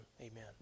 amen